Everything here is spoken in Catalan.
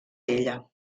ella